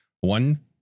One